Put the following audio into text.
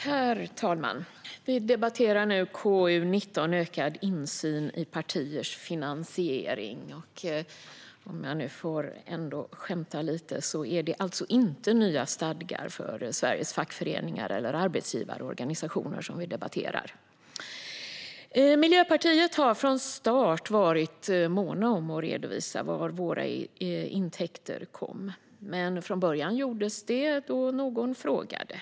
Herr talman! Vi debatterar nu KU19 Ökad insyn i partiers finansiering . Om jag ändå får skämta lite är det alltså inte fråga om nya stadgar för Sveriges fackföreningar eller arbetsgivarorganisationer som vi debatterar. Vi har i Miljöpartiet från start varit måna om att redovisa varifrån våra intäkter kommer. Från början gjordes det när någon frågade.